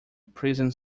prison